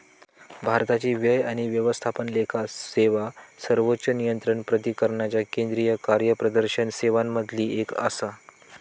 भारताची व्यय आणि व्यवस्थापन लेखा सेवा सर्वोच्च नियंत्रण प्राधिकरणाच्या केंद्रीय कार्यप्रदर्शन सेवांमधली एक आसा